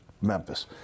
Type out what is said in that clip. Memphis